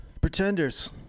pretenders